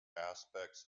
aspects